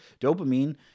dopamine